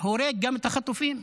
הורג גם את החטופים.